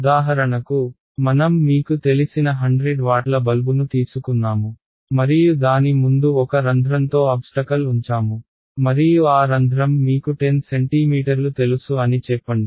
ఉదాహరణకు మనం మీకు తెలిసిన 100 వాట్ల బల్బును తీసుకున్నాము మరియు దాని ముందు ఒక రంధ్రంతో అబ్స్టకల్ ఉంచాము మరియు ఆ రంధ్రం మీకు 10 సెంటీమీటర్లు తెలుసు అని చెప్పండి